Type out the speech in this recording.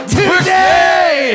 today